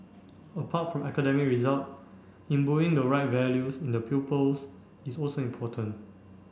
apart from academic result imbuing the right values in the pupils is also important